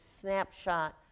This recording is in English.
snapshot